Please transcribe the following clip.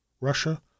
Russia